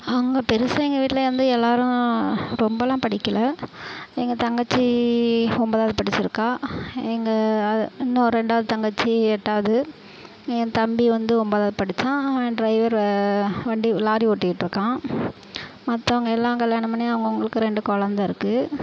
நாங்கள் பெரிசா எங்கள் வீட்டில் வந்து எல்லோரும் ரொம்பலாம் படிக்கலை எங்கள் தங்கச்சி ஒன்பதாவது படிச்சுருக்கா எங்கள் இன்னோரு ரெண்டாவது தங்கச்சி எட்டாவது என் தம்பி வந்து ஒன்பதாவது படித்தான் அவன் ட்ரைவர் வண்டி லாரி ஓட்டிகிட்டு இருக்கான் மற்றவங்க எல்லாம் கல்யாணம் பண்ணி அவங்கவுங்களுக்கு ரெண்டு கொழந்த இருக்குது